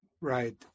Right